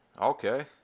Okay